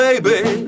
Baby